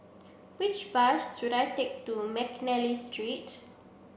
which bus should I take to Mcnally Street